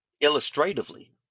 illustratively